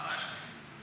מה מעשנים?